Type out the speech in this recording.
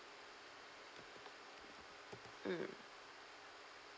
mm